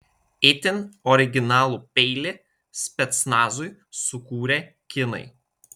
itin originalų peilį specnazui sukūrė kinai